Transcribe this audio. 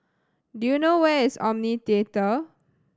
do you know where is Omni Theatre